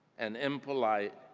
and impolite,